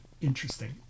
interesting